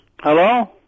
Hello